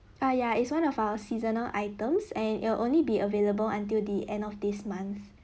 uh ya it's one of our seasonal items and it will only be available until the end of this month